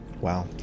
wow